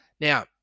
Now